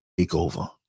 takeover